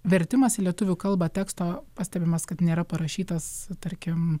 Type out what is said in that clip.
vertimas į lietuvių kalbą teksto pastebimas kad nėra parašytas tarkim